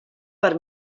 per